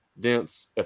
dense